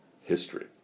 history